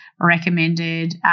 recommended